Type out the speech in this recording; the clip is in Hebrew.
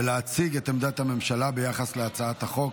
ולהציג את עמדת הממשלה ביחס להצעת החוק.